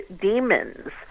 demons